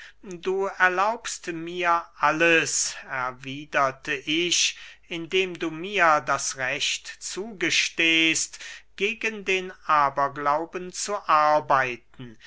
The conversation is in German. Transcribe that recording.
du erlaubst mir alles erwiederte ich indem du mir das recht zugestehst gegen den aberglauben zu arbeiten